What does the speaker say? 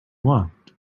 want